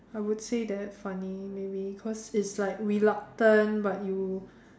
I would say that's funny maybe cause it's like reluctant but you